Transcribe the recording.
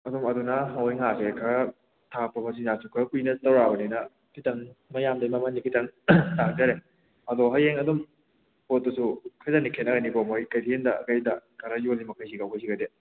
ꯑꯗꯨꯝ ꯑꯗꯨꯅ ꯑꯩꯈꯣꯏ ꯉꯥꯁꯦ ꯈꯔ ꯊꯥꯛꯄ ꯃꯆꯤꯟꯖꯥꯛꯁꯨ ꯈꯔ ꯀꯨꯏꯅ ꯇꯧꯔꯕꯅꯤꯅ ꯈꯤꯇꯪ ꯃꯌꯥꯝꯗꯒꯤ ꯃꯃꯜꯁꯦ ꯈꯤꯇꯪ ꯇꯥꯡꯖꯔꯦ ꯑꯗꯣ ꯍꯌꯦꯡ ꯑꯗꯨꯝ ꯄꯣꯠꯇꯨꯁꯨ ꯐꯖꯅ ꯈꯦꯠꯅꯒꯅꯤꯀꯣ ꯃꯣꯏ ꯀꯩꯊꯦꯜꯗ ꯀꯔꯤꯗ ꯈꯔ ꯌꯣꯜꯂꯤꯕ ꯃꯈꯩꯁꯤꯒ ꯑꯩꯈꯣꯏ ꯁꯤꯒꯗꯤ